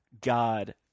God